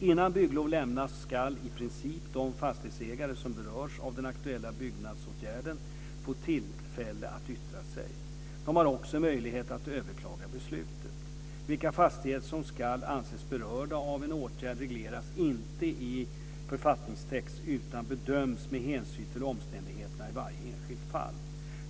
Innan bygglov lämnas ska i princip de fastighetsägare som berörs av den aktuella byggnadsåtgärden få tillfälle att yttra sig. De har också möjlighet att överklaga beslutet. Vilka fastighetsägare som ska anses berörda av en åtgärd regleras inte i författningstext, utan bedöms med hänsyn till omständigheterna i varje enskilt fall.